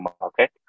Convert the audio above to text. market